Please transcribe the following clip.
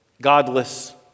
godless